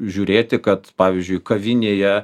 žiūrėti kad pavyzdžiui kavinėje